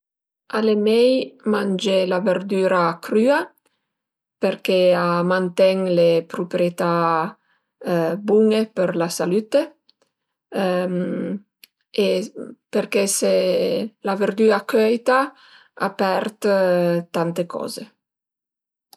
Al e mei mangé la verdüra crüa perché a manten le pruprietà bun-e për la salütte e perché se la verdüra cöita a pert tante coze